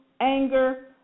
anger